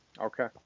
Okay